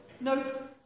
no